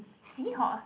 seahorse